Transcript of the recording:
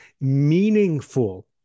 meaningful